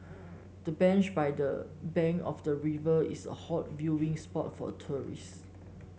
the bench by the bank of the river is a hot viewing spot for tourists